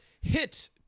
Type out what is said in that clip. hit